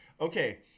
Okay